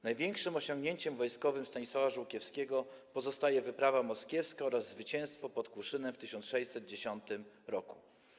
Największym osiągnięciem wojskowym Stanisława Żółkiewskiego pozostaje wyprawa moskiewska oraz zwycięstwo pod Kłuszynem w 1610 r.